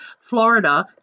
Florida